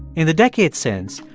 in the decades since,